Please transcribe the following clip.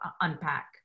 unpack